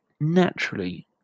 naturally